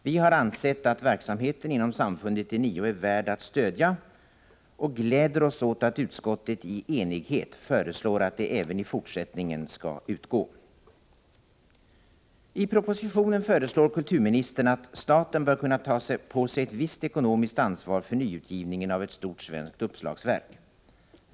Vi har ansett att verksamheten inom Samfundet De nio är värd att stödja och glädjer oss åt att utskottet i enighet föreslår att det även i fortsättningen skall utgå. I propositionen föreslår kulturministern att ”staten bör kunna ta på sig ett visst ekonomiskt ansvar för nyutgivningen av ett stort svenskt uppslagsverk.